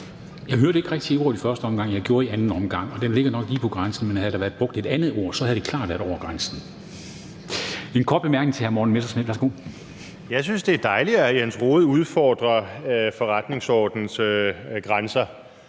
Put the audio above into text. Jeg hørte ikke rigtig ordet i første omgang, men jeg gjorde i anden omgang, og det ligger nok lige på grænsen. Havde der været brugt et andet ord, havde det klart været over grænsen. Der er en kort bemærkning til hr. Morten Messerschmidt. Værsgo. Kl. 14:03 Morten Messerschmidt (DF): Jeg synes, det er dejligt, at hr. Jens Rohde udfordrer forretningsordenens grænser.